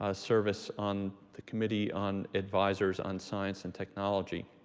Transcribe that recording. ah service on the committee on advisors on science and technology.